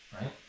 Right